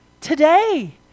Today